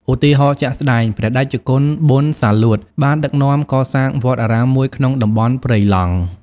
ឧទាហរណ៍ជាក់ស្ដែង ព្រះតេជគុណប៊ុន សាលួត បានដឹកនាំកសាងវត្តអារាមមួយក្នុងតំបន់ព្រៃឡង់។